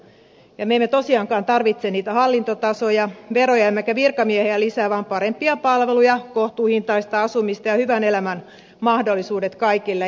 me emme tosiaankaan tarvitse niitä hallintotasoja veroja emmekä virkamiehiä lisää vaan parempia palveluja kohtuuhintaista asumista ja hyvän elämän mahdollisuudet kaikille